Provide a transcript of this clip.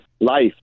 life